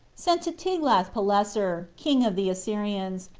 sent to tiglath-pileser, king of the assyrians,